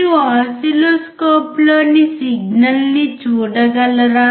మీరు ఒస్సిల్లోస్కోప్లోని సిగ్నల్ని చూడగలరా